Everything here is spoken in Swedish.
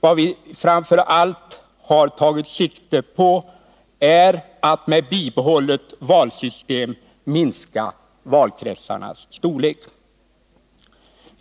Vad vi framför allt har tagit sikte på är att med bibehållet valsystem minska valkretsarnas storlek.